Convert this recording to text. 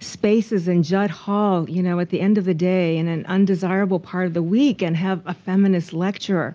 spaces in judd hall you know at the end of the day, in an undesirable part of the week, and have a feminist lecture.